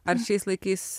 ar šiais laikais